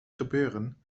gebeuren